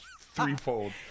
threefold